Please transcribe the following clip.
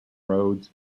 roads